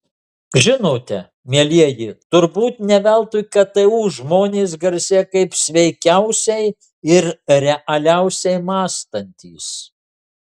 žinote mielieji turbūt ne veltui ktu žmonės garsėja kaip sveikiausiai ir realiausiai mąstantys